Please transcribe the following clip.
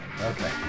Okay